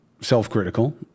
self-critical